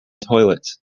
toilets